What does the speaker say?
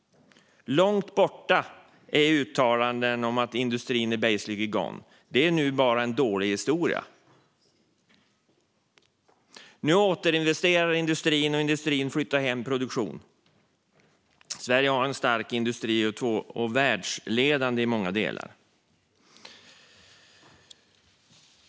Långt borta är uttalanden om att industrin basically är gone. Det är nu bara en dålig historia. Nu återinvesterar industrin, och industrin flyttar hem produktion. Sverige har en stark industri. Den är världsledande i många delar.